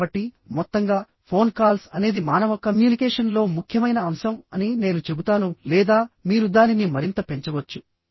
కాబట్టిమొత్తంగా phone calls అనేది మానవ కమ్యూనికేషన్లో ముఖ్యమైన అంశం అని నేను చెబుతాను లేదా మీరు దానిని మరింత పెంచవచ్చు